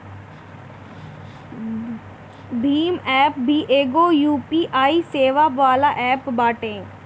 Bhim app भी एगो UPI सेवा वाला एप्प बाटे